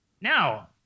now